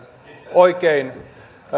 oikein